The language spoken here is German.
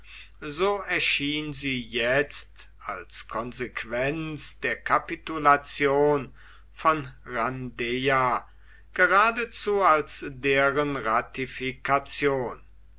so erschien sie jetzt als konsequenz der kapitulation von rhandeia geradezu als deren